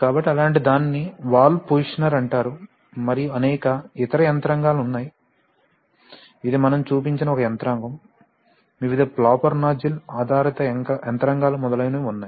కాబట్టి అలాంటి దాన్ని వాల్వ్ పొజిషనర్ అంటారు మరియు అనేక ఇతర యంత్రాంగాలు ఉన్నాయి ఇది మనం చూపించిన ఒక యంత్రాంగం వివిధ ఫ్లాపర్ నాజిల్ ఆధారిత యంత్రాంగాలు మొదలైనవి ఉన్నాయి